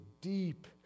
deep